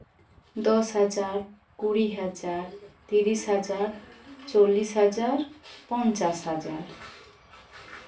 ᱫᱚᱥ ᱦᱟᱡᱟᱨ ᱠᱩᱲᱤ ᱦᱟᱡᱟᱨ ᱛᱤᱨᱤᱥ ᱦᱟᱡᱟᱨ ᱪᱚᱞᱞᱤᱥ ᱦᱟᱡᱟᱨ ᱯᱚᱧᱪᱟᱥ ᱦᱟᱡᱟᱨ